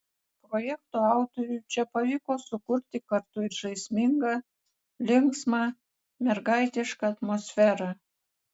projekto autoriui čia pavyko sukurti kartu ir žaismingą linksmą mergaitišką atmosferą